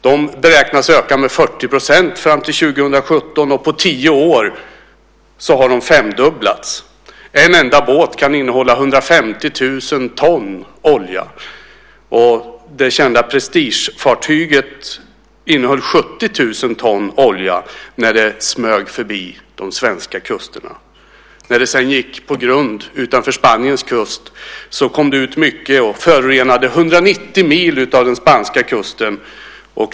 De beräknas öka med 40 % fram till 2017, och på tio år har de femdubblats. En enda båt kan innehålla 150 000 ton olja. Det kända Prestige-fartyget innehöll 70 000 ton olja när det smög förbi de svenska kusterna. När det sedan gick på grund utanför Spaniens kust kom det ut mycket och förorenade 190 mil av den spanska kusten.